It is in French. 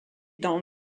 dans